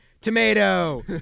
Tomato